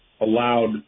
allowed